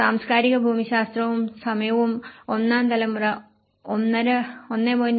സാംസ്കാരിക ഭൂമിശാസ്ത്രവും സമയവും ഒന്നാം തലമുറ 1